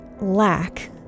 lack